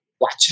Watch